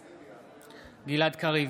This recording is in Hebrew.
בעד גלעד קריב,